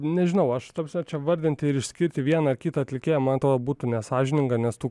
nežinau aš ta prasme čia vardinti ir išskirti vieną ar kitą atlikėją man atrodo būtų nesąžininga nes tų